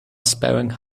sparing